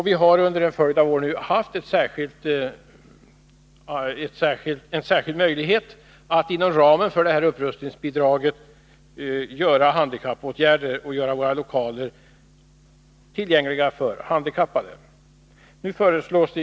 Vi har under en följd av år haft en särskild möjlighet att inom ramen för detta upprustningsbidrag vidta handikappåtgärder och göra våra lokaler tillgängliga för handikappade.